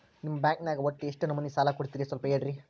ನಿಮ್ಮ ಬ್ಯಾಂಕ್ ನ್ಯಾಗ ಒಟ್ಟ ಎಷ್ಟು ನಮೂನಿ ಸಾಲ ಕೊಡ್ತೇರಿ ಸ್ವಲ್ಪ ಹೇಳ್ರಿ